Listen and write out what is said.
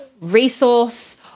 resource